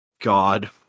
God